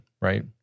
right